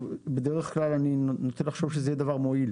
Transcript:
בדרך כלל אני נוטה לחשוב שוועדה מייעצת תהיה דבר מועיל.